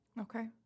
Okay